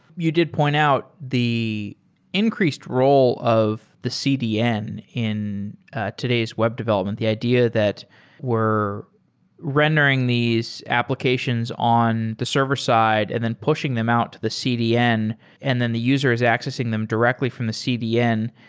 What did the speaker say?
you did point out the increased role of the cdn in today's web development. the idea that we're rendering these applications on the server side and then pushing them out to the cdn and then the user is accessing them directly from a cdn.